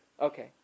Okay